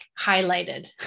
highlighted